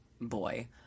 boy